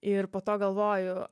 ir po to galvoju